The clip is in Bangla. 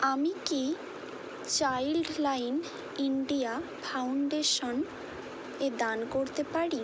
আমি কি চাইল্ডলাইন ইণ্ডিয়া ফাউণ্ডেশন এ দান করতে পারি